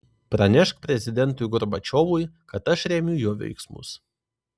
pranešk prezidentui gorbačiovui kad aš remiu jo veiksmus